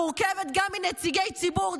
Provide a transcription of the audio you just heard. המורכבת גם מנציגי ציבור,